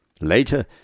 Later